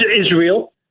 Israel